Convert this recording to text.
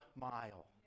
mile